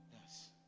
Yes